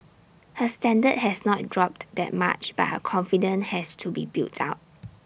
her standard has not dropped that much but her confidence has to be built up